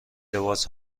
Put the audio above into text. لباس